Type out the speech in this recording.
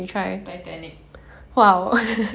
titanic